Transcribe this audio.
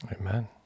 amen